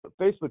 Facebook